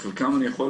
חלקם אני יכול